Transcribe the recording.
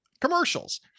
commercials